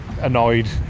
annoyed